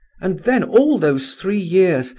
and then, all those three years,